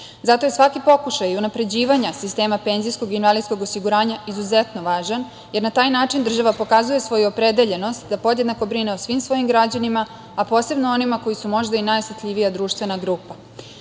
Zato je svaki pokušaj unapređivanja sistema penzijskog i invalidskog osiguranja izuzetno važan, jer na taj način država pokazuje svoju opredeljenost da podjednako brine o svim svojim građanima, a posebno onima koji su možda i najosetljivija društvena grupa. Iako